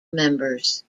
members